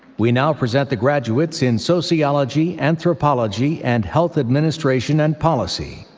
we now present the graduates in sociology, anthropology and health administration and policy.